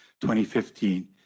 2015